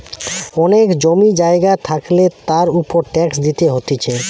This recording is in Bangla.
অনেক জমি জায়গা থাকলে তার উপর ট্যাক্স দিতে হতিছে